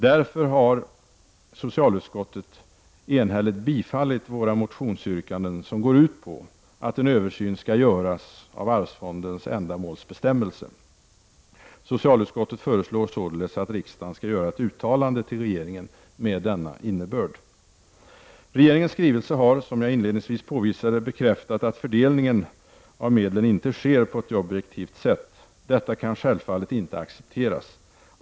Därför har socialutskottet enhälligt tillstyrkt våra motionsyrkanden, som går ut på att en översyn skall göras av arvsfondens ändamålsbestämmelse. Socialutskottet föreslår således att riksdagen skall göra ett uttalande till regeringen med denna innebörd. Regeringens skrivelse har, som jag inledningsvis påvisade, bekräftat att fördelningen av medlen inte sker på ett objektivt sätt. Detta kan självfallet inte accepteras.